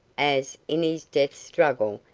as, in his death struggle,